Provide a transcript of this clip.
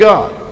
God